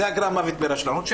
זה גרם מוות ברשלנות,